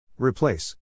Replace